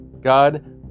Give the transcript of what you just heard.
God